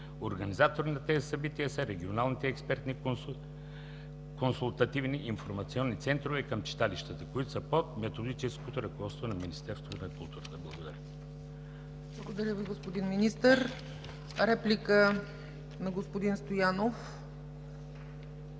Организатори на тези събития са регионалните експертни консултативни и информационни центрове към читалищата, които са под методическото ръководство на Министерството на културата. Благодаря. ПРЕДСЕДАТЕЛ ЦЕЦКА ЦАЧЕВА: Благодаря Ви, господин Министър. Реплика на господин Стоянов.